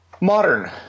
modern